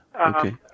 Okay